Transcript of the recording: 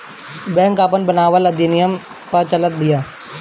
bank आपन बनावल अधिनियम पअ चलत बिया